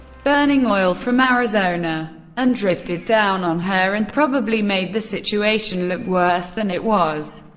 burning oil from arizona and drifted down on her, and probably made the situation look worse than it was.